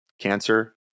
cancer